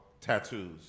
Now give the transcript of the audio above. tattoos